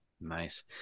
Nice